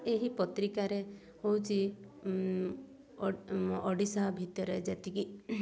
ଏହି ପତ୍ରିକାରେ ହଉଛି ଓଡ଼ିଶା ଭିତରେ ଯେତିକି